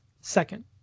second